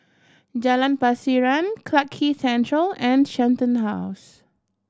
Jalan Pasiran Clarke Central and Shenton House